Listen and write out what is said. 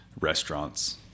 restaurants